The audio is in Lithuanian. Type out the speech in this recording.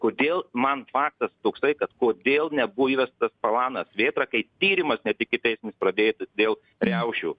kodėl man faktas toksai kad kodėl nebuvo įvestas planas vėtra kai tyrimas net ikiteisminis pradėtas dėl riaušių